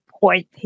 point